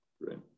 right